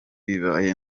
bibaye